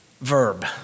verb